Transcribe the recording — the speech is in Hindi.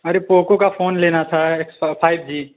अरे पोको का फोन लेना था एक्स फाइव जी